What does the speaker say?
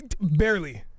Barely